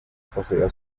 poseía